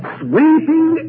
sweeping